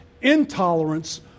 intolerance